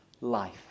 life